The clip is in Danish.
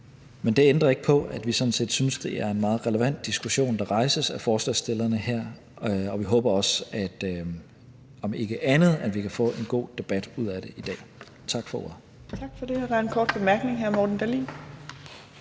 Men det ændrer ikke på, at vi sådan set synes, det er en meget relevant diskussion, der rejses af forslagsstillerne her. Vi håber også, at vi om ikke andet kan få en god debat ud af det i dag. Tak for ordet. Kl. 18:34 Fjerde næstformand (Trine Torp): Tak